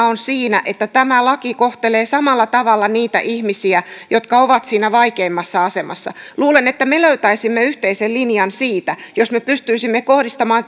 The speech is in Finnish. on siinä että tämä laki kohtelee samalla tavalla niitä ihmisiä jotka ovat siinä vaikeimmassa asemassa luulen että me löytäisimme yhteisen linjan siitä jos me pystyisimme kohdistamaan